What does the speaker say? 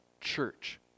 church